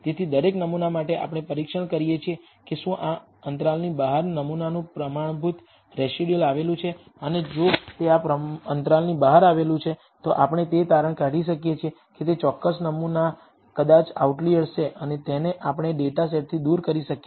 તેથી દરેક નમૂના માટે આપણે પરીક્ષણ કરીએ છીએ કે શું આ અંતરાલની બહાર નમૂનાનું પ્રમાણભૂત રેસિડયુઅલ આવેલું છે અને જો તે આ અંતરાલની બહાર આવેલું છે તો આપણે તે તારણ કાઢી શકીએ કે તે ચોક્કસ નમૂના કદાચ આઉટલિઅર છે અને તેને આપણા ડેટા સેટથી દૂર કરી શકે છે